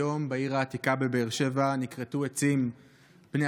היום בעיר העתיקה בבאר שבע נכרתו עצים בני